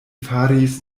faris